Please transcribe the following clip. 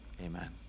Amen